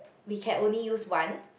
we can only use one